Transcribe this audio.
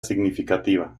significativa